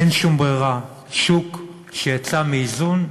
אין שום ברירה: שוק שיצא מאיזון,